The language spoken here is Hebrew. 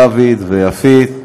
דוד ויפית.